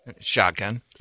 Shotgun